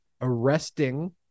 arresting